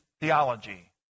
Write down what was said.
theology